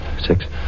six